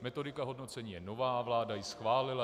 Metodika hodnocení je nová, vláda ji schválila.